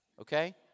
okay